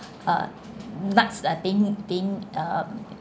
uh nuts lah being being uh